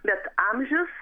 bet amžius